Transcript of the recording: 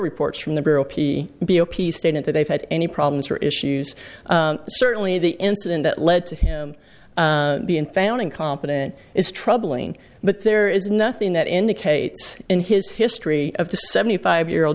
reports from the bureau p b o p statement that they've had any problems or issues certainly the incident that led to him being found incompetent is troubling but there is nothing that indicates in his history of the seventy five year old